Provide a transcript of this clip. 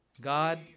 God